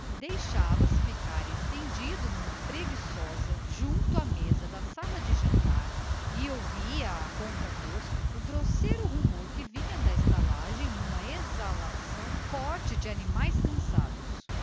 deixava-se ficar estendido numa preguiçosa junto à mesa da sala de jantar e ouvia a contragosto o grosseiro rumor que vinha da estalagem numa exalação forte de animais cansados